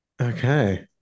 Okay